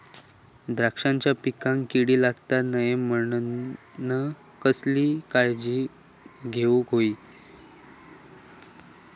द्राक्षांच्या पिकांक कीड लागता नये म्हणान कसली काळजी घेऊक होई?